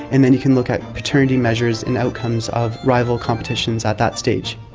and then can look at paternity measures and outcomes of rival competitions at that stage.